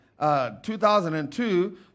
2002